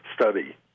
study